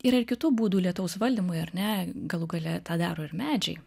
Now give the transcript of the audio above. yra ir kitų būdų lietaus valdymui ar ne galų gale tą daro ir medžiai